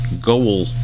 Goal